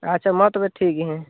ᱟᱪᱪᱷᱟ ᱢᱟ ᱛᱚᱵᱮ ᱴᱷᱤᱠ ᱜᱮᱭᱟ ᱦᱮᱸ